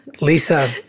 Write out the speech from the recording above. Lisa